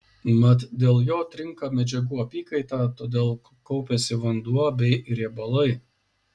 mat dėl jo trinka medžiagų apykaita todėl kaupiasi vanduo bei riebalai